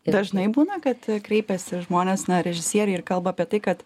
dažnai būna kad kreipiasi žmonės na režisieriai ir kalba apie tai kad